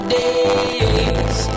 days